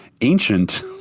ancient